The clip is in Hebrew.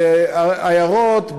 בעיירות,